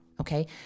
Okay